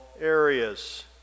areas